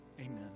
Amen